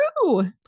true